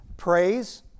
praise